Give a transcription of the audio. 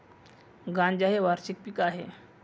गांजा हे वार्षिक पीक आहे